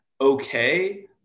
okay